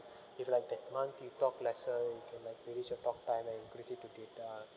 if like that month you talk lesser you can like reduce your talk time and increase it to data